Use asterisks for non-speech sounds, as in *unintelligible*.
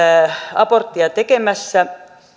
aborttia tekemässä *unintelligible*